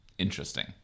interesting